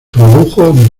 produjo